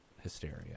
hysteria